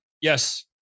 Yes